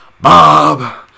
Bob